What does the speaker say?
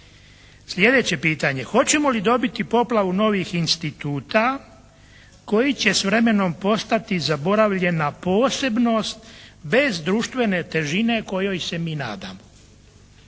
Sljedeće pitanje. Hoćemo li dobiti poplavu novih instituta koji će s vremenom postati zaboravljena posebnost bez društvene težine kojoj se mi nadamo?